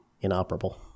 inoperable